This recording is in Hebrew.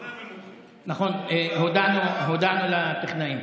מאז הפעם האחרונה, ב-30 ביוני, עברו מאז 33 יום.